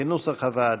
כנוסח הוועדה.